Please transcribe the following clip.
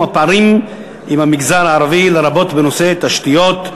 הפערים במגזר הערבי לרבות בנושאי תשתיות,